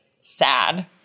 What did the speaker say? sad